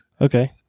okay